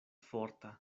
forta